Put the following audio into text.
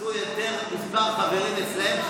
עשו יותר חברים אצלם,